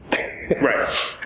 Right